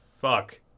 fuck